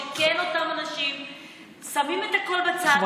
שאותם אנשים שמים הכול בצד,